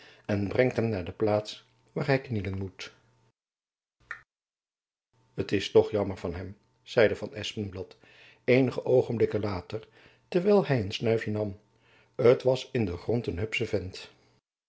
en brengt hem naar de plaats waar hy knielen moet t is toch jammer van hem zeide van espenblad eenige oogenblikken later terwijl hy een snuifjen nam t was in den grond een hupsche vent